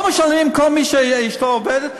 לא משלמים, כל מי שאשתו עובדת?